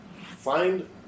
Find